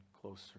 closer